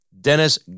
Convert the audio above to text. Dennis